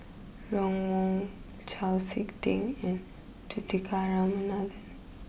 Ron Wong Chau Sik Ting and Juthika Ramanathan